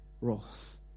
wrath